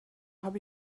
habe